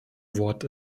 wort